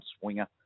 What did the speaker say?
swinger